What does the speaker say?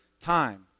time